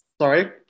Sorry